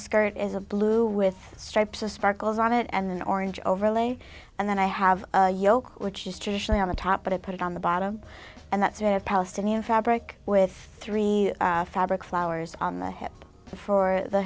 skirt is a blue with stripes of sparkles on it and then orange overlay and then i have a yolk which is traditionally on the top but i put it on the bottom and that sort of palestinian fabric with three fabric flowers on the help for the